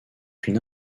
une